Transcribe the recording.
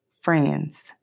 friends